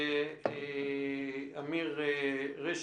לאמיר רשף,